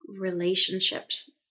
relationships